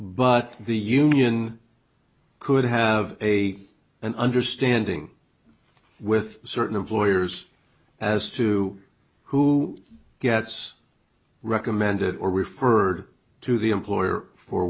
but the union could have a an understanding with certain employers as to who gets recommended or referred to the employer for